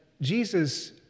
Jesus